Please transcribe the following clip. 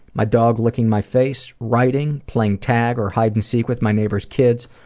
my dog licking my face, writing, playing tag or hide-and-seek with my neighbor's kids,